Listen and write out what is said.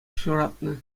ҫуратнӑ